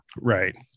right